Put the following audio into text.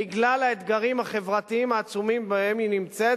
בגלל האתגרים החברתיים העצומים שבהם היא נמצאת,